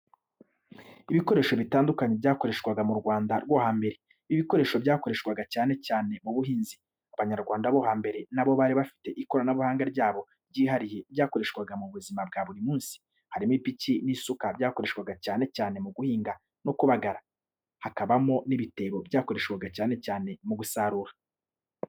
Ibikoresho bitandukanye byakoreshwaga mu Rwanda rwo hambere, ibi bikoresho byakoreshwaga cyane cyane mu buhinzi. Abanyarwanda bo hambere na bo bari bafite ikoranabuhanga ryabo ryihariye ryakoreshwaga mu buzima bwa buri munsi. Harimo ipiki n'isuka byakoreshwaga cyane cyane mu guhinga no kubagara, hakabamo n'ibitebo byakoreshwaga cyane cyane mu gusarura.